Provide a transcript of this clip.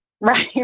Right